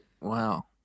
wow